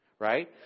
right